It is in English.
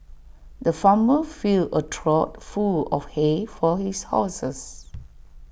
the farmer filled A trough full of hay for his horses